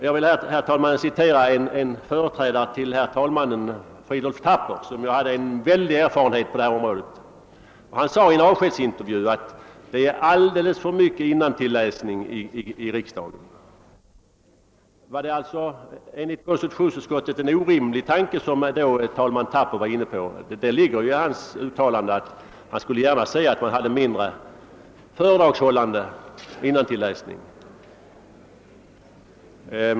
Jag vill citera en företrädare till herr talmannen, nämligen Fridolf Thapper, som hade en väldig erfarenhet på detta område. Han sade i en avskedsintervju att det är alldeles för mycket innantillläsning i riksdagen. Var det enligt konstitutionsutskottet en orimlig tanke som talman Thapper då uttryckte? Det ligger i hans uttalande att han gärna skulle se att det var mindre föredragshållande och mindre innantilläsning.